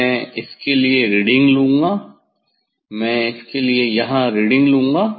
मैं इसके लिए रीडिंग लूंगा मैं इसके लिए यहां रीडिंग लूंगा